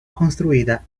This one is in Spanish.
construida